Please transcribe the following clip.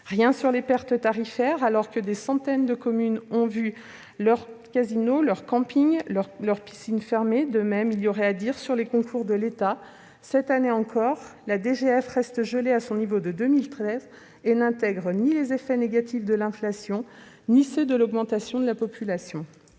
Rien sur les pertes tarifaires, alors que des centaines de communes ont vu leurs casinos, leurs campings municipaux et leurs piscines fermer. De même, il y aurait à dire sur les concours de l'État : cette année encore, la DGF reste gelée à son niveau de 2013 et n'intègre ni les effets négatifs de l'inflation ni ceux de l'augmentation de la population.